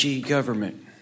government